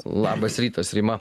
labas rytas rima